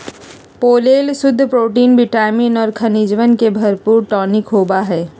pollen शुद्ध protein vitamin और खनिजवन से भरपूर टॉनिक होबा हई